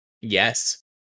Yes